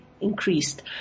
increased